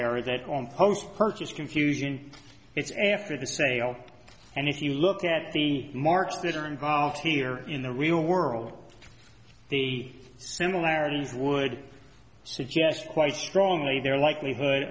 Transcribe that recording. error that on post purchase confusion it's after the sale and if you look at the marks that are involved here in the real world the similarities would suggest quite strongly their likelihood